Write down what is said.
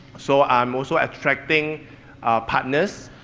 so i'm also attracting partners,